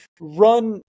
run